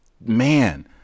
man